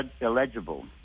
illegible